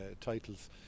titles